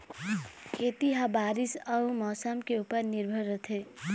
खेती ह बारीस अऊ मौसम के ऊपर निर्भर रथे